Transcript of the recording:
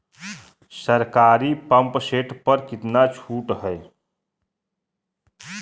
सरकारी pump set प कितना छूट हैं?